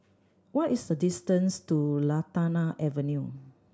what is the distance to Lantana Avenue